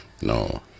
No